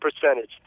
percentage